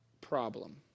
problem